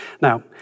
Now